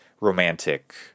romantic